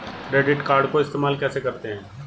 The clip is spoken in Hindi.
क्रेडिट कार्ड को इस्तेमाल कैसे करते हैं?